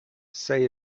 say